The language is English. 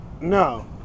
No